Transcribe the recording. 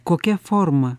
kokia forma